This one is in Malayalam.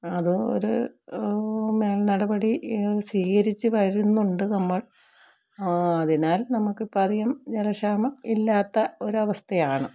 അതും ഒരു നടപടി സ്വീകരിച്ചു വരുന്നുണ്ട് നമ്മൾ അതിനാൽ നമുക്കിപ്പോൾ അധികം ജലക്ഷാമം ഇല്ലാത്ത ഒരവസ്ഥയാണ്